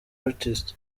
artist